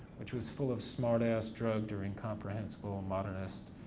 which was full of smart ass, drugged, or incomprehensible and modernist,